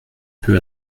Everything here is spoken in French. peu